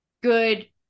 good